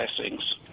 blessings